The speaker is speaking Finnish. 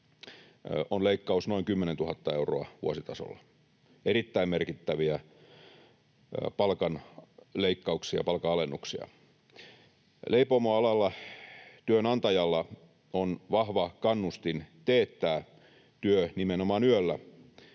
on leikkaus noin 10 000 euroa vuositasolla — erittäin merkittäviä palkanleikkauksia, palkanalennuksia. Leipomoalalla työnantajalla on vahva kannustin teettää työ nimenomaan yöllä,